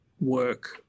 work